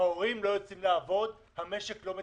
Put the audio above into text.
ההורים לא יוצאים לעבוד, המשק לא מתפקד.